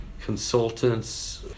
consultants